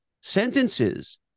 sentences